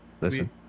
Listen